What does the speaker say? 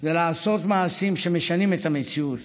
זה לעשות מעשים שמשנים את המציאות